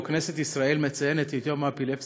שבו כנסת ישראל מציינת את יום האפילפסיה.